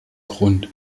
grund